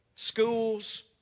schools